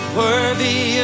worthy